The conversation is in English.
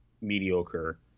mediocre